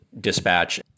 dispatch